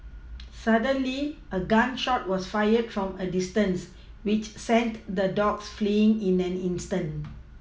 suddenly a gun shot was fired from a distance which sent the dogs fleeing in an instant